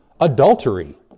adultery